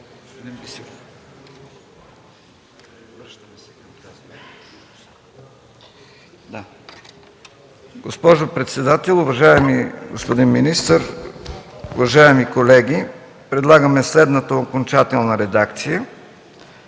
Госпожо председател, уважаеми господин министър, уважаеми колеги! Предлагаме следната окончателна редакция: